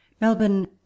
Melbourne